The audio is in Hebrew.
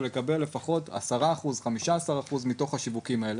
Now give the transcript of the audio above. לקבל לפחות 10% או 15% מהשיווקים האלה.